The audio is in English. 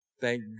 Thank